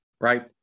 right